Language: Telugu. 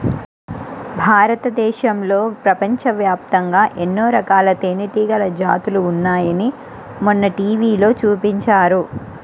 భారతదేశంలో, ప్రపంచవ్యాప్తంగా ఎన్నో రకాల తేనెటీగల జాతులు ఉన్నాయని మొన్న టీవీలో చూపించారు